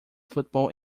football